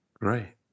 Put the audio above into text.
Right